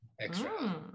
extra